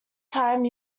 time